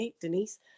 Denise